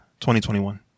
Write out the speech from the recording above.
2021